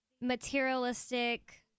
materialistic